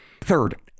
Third